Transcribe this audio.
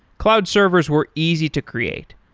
cloud servers were easy to create,